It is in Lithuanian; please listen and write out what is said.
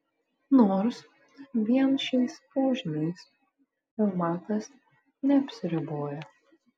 nors vien šiais požymiais reumatas neapsiriboja